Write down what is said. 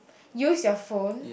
use your phone